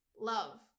love